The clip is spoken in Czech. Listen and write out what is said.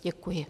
Děkuji.